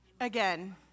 Again